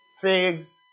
figs